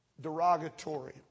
derogatory